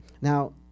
Now